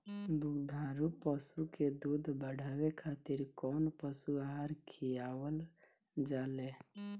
दुग्धारू पशु के दुध बढ़ावे खातिर कौन पशु आहार खिलावल जाले?